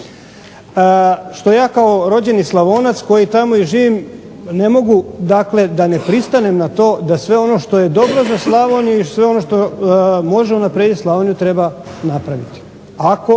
što ja kao rođeni Slavonac koji tamo i živim ne mogu, dakle da ne pristanem na to da sve ono što je dobro za Slavoniju i sve ono što može unaprijediti Slavoniju treba napraviti ako